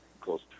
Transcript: close